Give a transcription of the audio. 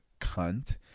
cunt